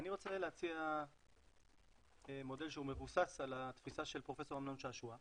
אני רוצה להציע מודל שמבוסס על התפיסה של פרופ' אמנון שעשוע מהאונ'